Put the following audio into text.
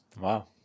Wow